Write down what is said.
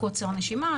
קוצר נשימה,